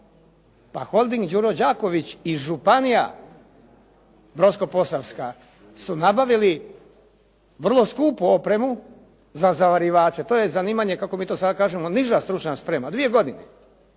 pa Holding "Đuro Đaković" i županija Brodsko-posavska su nabavili vrlo skupu opremu za zavarivače. To je zanimanje kako mi to sada kažemo niža stručna sprema, dvije godine.